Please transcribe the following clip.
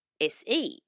S-E